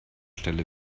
stelle